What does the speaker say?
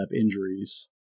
injuries